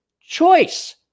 Choice